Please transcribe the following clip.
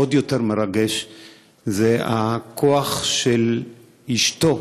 עוד יותר מרגש זה הכוח של אשתו